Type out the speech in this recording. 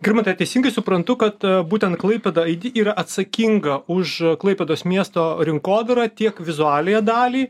girmantai ar teisingai suprantu kad būtent klaipėda aidi yra atsakinga už klaipėdos miesto rinkodarą tiek vizualiąją dalį